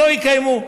לא יקיימו,